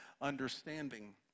understanding